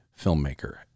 filmmaker